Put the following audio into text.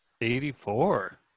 Eighty-four